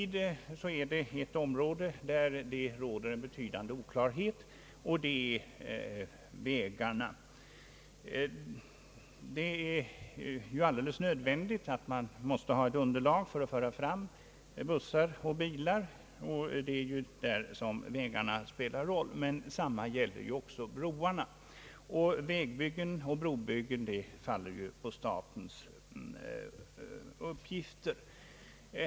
På ett område råder emellertid betydande oklarhet, och det gäller vägarna. Det är alldeles nödvändigt att ha ett underlag för att föra fram bussar och bilar. Det är där vägarna spelar roll, men detsamma gäller broarna, och vägoch brobyggen hör till statens uppgifter.